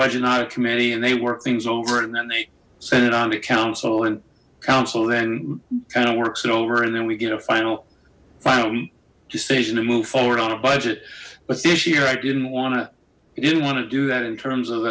budget audit committee and they work things over and then they send it on to counsel and counsel then kind of works it over and then we get a final final decision to move forward on a budget but this year i didn't want to i didn't want to do that in terms of